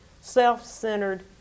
self-centered